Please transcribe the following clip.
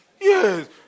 Yes